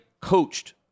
coached